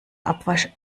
abwasch